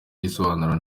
igisobanuro